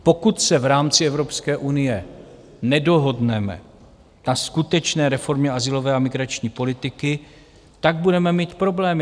Pokud se v rámci Evropské unie nedohodneme na skutečné reformě azylové a migrační politiky, budeme mít problémy.